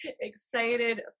excited